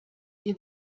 ihr